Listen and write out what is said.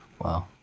Wow